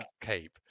cape